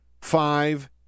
five